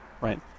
Right